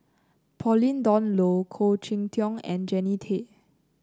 Pauline Dawn Loh Khoo Cheng Tiong and Jannie Tay